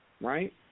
right